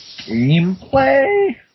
Gameplay